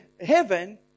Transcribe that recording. heaven